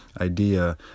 idea